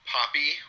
Poppy